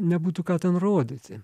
nebūtų ką ten rodyti